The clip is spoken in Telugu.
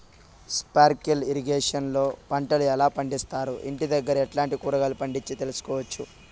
స్పార్కిల్ ఇరిగేషన్ లో పంటలు ఎలా పండిస్తారు, ఇంటి దగ్గరే ఎట్లాంటి కూరగాయలు పండించు తెలుసుకోవచ్చు?